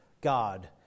God